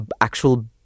actual